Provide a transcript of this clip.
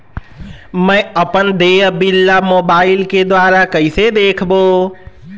मैं अपन देय बिल ला मोबाइल के द्वारा कइसे देखबों?